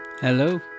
Hello